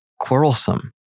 quarrelsome